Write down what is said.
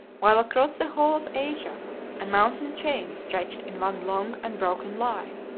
while across the whole of asia a mountain chain stretched in one long unbroken line.